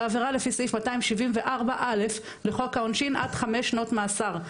עבירה לפי סעיף 274 א' לחוק העונשין עד חמש שנות מאסר,